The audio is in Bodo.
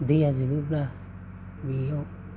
दैया जोबोब्ला बेयाव